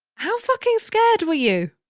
how fucking scared were you?